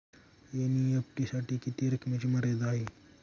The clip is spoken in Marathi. एन.ई.एफ.टी साठी किती रकमेची मर्यादा आहे?